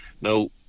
Now